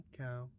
cow